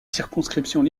circonscriptions